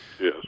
Yes